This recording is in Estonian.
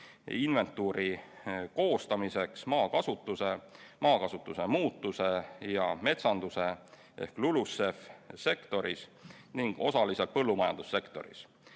inventuuri koostamiseks maakasutuse, maakasutuse muutuse ja metsanduse (LULUCF) sektoris ning osaliselt põllumajandussektoris.